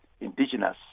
indigenous